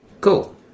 cool